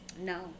No